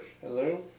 hello